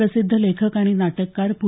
प्रसिद्ध लेखक आणि नाटककार पू